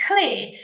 clear